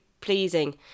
pleasing